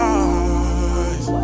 eyes